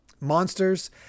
Monsters